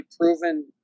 proven